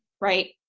Right